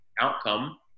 outcome